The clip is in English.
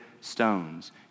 stones